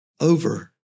Over